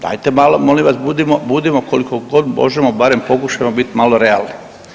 Dajte malo molim vas budimo, budimo koliko god možemo barem pokušajmo biti malo realni.